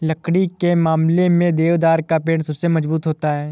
लकड़ी के मामले में देवदार का पेड़ सबसे मज़बूत होता है